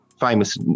famous